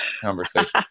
conversation